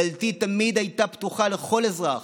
דלתי תמיד הייתה פתוחה לכל אזרח,